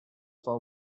for